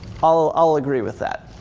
i'll i'll agree with that.